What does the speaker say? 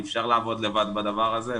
אי אפשר לעבוד לבד בדבר הזה,